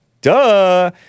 Duh